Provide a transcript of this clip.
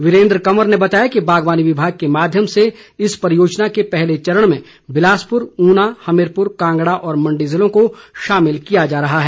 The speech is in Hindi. वीरेन्द्र कंवर ने बताया कि बागवानी विभाग के माध्यम से इस परियोजना के पहले चरण में बिलासपुर ऊना हमीरपुर कांगड़ा और मण्डी जिलों को शामिल किया जा रहा है